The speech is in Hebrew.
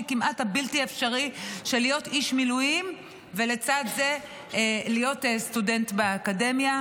הכמעט בלתי אפשרי להיות איש מילואים ולצד זה להיות סטודנט באקדמיה.